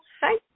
Hi